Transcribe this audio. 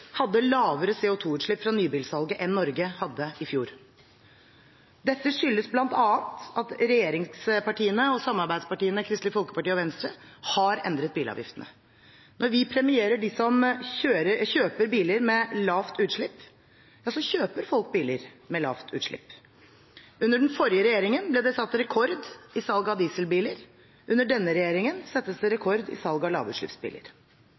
hadde lavere CO 2 -utslipp fra nybilsalget enn Norge i fjor. Dette skyldes bl.a. at regjeringspartiene og samarbeidspartiene Kristelig Folkeparti og Venstre har endret bilavgiftene. Når vi premierer dem som kjøper biler med lavt utslipp, ja, så kjøper folk biler med lavt utslipp. Under den forrige regjeringen ble det satt rekord i salg av dieselbiler. Under denne regjeringen settes det rekord i salg av lavutslippsbiler.